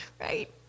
right